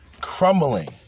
crumbling